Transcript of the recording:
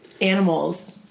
animals